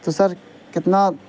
تو سر کتنا